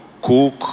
cook